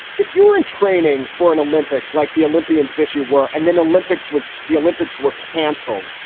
if you will, and training for an olympics like the olympians. this you were and then olympics was. the olympics were canceled.